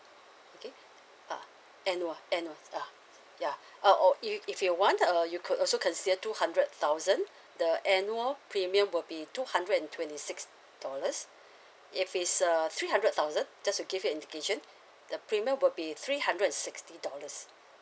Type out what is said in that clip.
okay uh annual annual uh yeah uh oh if if you want the uh you could also consider two hundred thousand the annual premium will be two hundred and twenty six dollars if it's uh three hundred thousand just to give you indication the premium will be three hundred sixty dollars